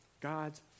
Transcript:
God's